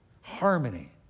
Harmony